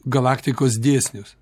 galaktikos dėsnius